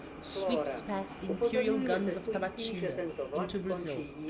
sweeps past the imperial guns of tabatinga into brazil,